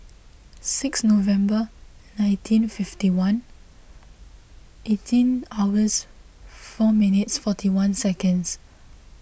six November nineteen fifty one eighteen hours four minutes forty one seconds